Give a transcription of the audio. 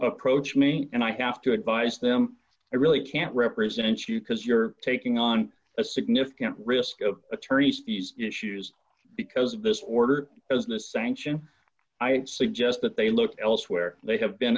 approach me and i have to advise them i really can't represent you because you're taking on a significant risk of attorneys these issues because of this order as the sanction i would suggest that they look elsewhere they have been